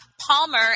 Palmer